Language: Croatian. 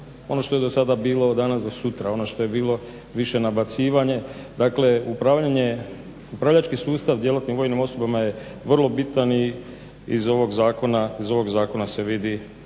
ono što je do sada bilo od danas do sutra, ono što je bilo više nabacivanje, dakle upravljački sustav djelatnih vojnim osobama je vrlo bitan i iz ovog zakona se vidi